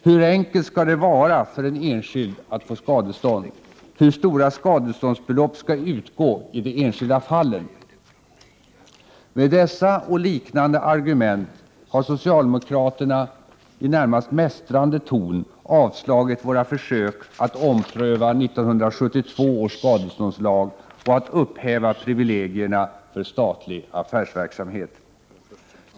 Hur enkelt skall det vara för en enskild att få skadestånd? Hur stora skadeståndsbelopp skall utgå i de enskilda fallen?” Med dessa och liknande argument har socialdemokraterna i närmast mästrande ton avslagit våra försök att ompröva 1972 års skadeståndslag och att upphäva privilegierna för statlig affärsverksamhet.